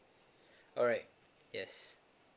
alright yes